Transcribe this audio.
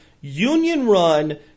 union-run